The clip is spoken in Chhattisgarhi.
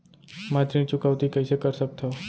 मैं ऋण चुकौती कइसे कर सकथव?